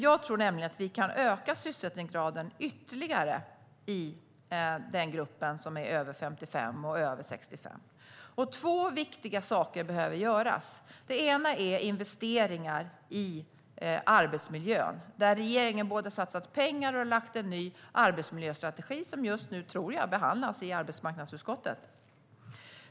Jag tror att vi kan öka sysselsättningsgraden ytterligare i gruppen som är över 55 år och över 65 år. Två viktiga saker behöver göras. Den ena är investeringar i arbetsmiljön. Regeringen har både satsat pengar och lagt fram en ny arbetsmiljöstrategi, som jag tror just nu behandlas i arbetsmarknadsutskottet.